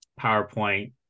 PowerPoint